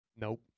Nope